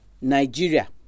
Nigeria